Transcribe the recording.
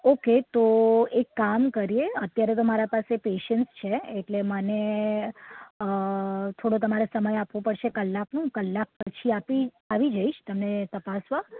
okay તો એક કામ કરીએ અત્યારે તો મારા પાસે પેશન્ટ છે એટલે મને થોડો તમારે સમય આપવો પડશે કલાકનો હું કલાક પછી આપી આવી જઈશ તમને તપાસવા